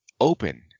open